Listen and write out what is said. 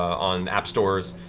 on app stores,